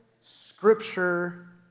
Scripture